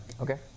Okay